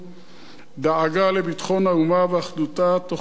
דאגה לביטחון האומה ואחדותה תוך כדי התעלות